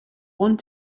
one